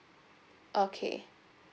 okay